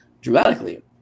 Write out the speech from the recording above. dramatically